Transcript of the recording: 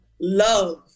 love